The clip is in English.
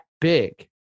big